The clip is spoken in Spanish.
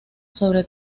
sobre